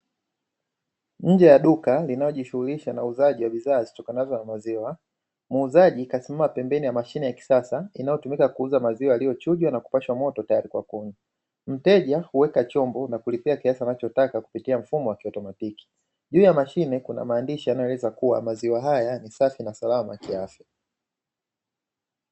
Nje ya duka linalojishughulisha na uuzaji wa bidhaa zitokanazo na maziwa, muuzaji kasimama pembeni ya mashine ya kisasa inayotumika kuuza maziwa yaliyochujwa na kupashwa moto tayari kwa kunywa, mteja huweka chombo na kulipia kiasi anachotaka kupitia mfumo wa kiautomatiki juu ya mashine. Kuna maandishi yanayoeleza kuwa maziwa haya ni safi na salama kiafya.